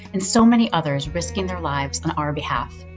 and so many others risking their lives on our behalf.